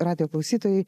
radijo klausytojai